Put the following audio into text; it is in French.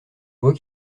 voit